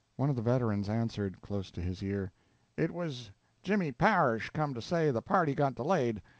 one of the veterans answered, close to his ear it was jimmy parish come to say the party got delayed,